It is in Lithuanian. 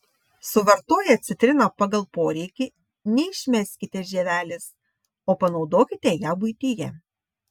suvartoję citriną pagal poreikį neišmeskite žievelės o panaudokite ją buityje